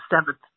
seventh